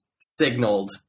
signaled